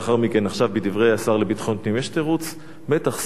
בדברי השר לביטחון פנים יש תירוץ: מתח סביב הר-הבית.